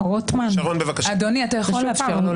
אז בבקשה, תפסיק.